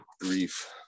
grief